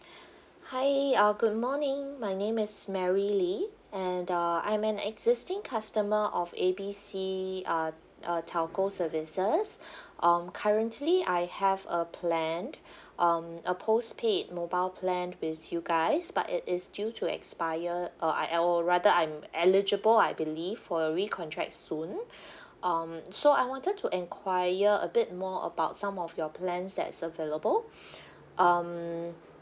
hi uh good morning my name is mary lee and uh I'm an existing customer of A B C uh uh telco services um currently I have a plan um a postpaid mobile plan with you guys but it is due to expire uh I or rather I'm eligible I believe for your re-contract soon um so I wanted to enquire a bit more about some of your plans that's available um